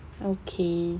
okay